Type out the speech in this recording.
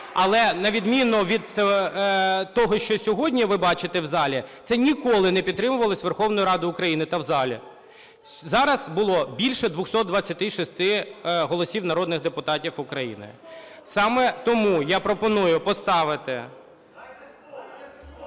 Але на відміну від того, що сьогодні ви бачите в залі, це ніколи не підтримувалось Верховною Радою України та в залі. Зараз було більше 226 голосів народних депутатів України. Саме тому я пропоную поставити…